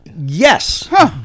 Yes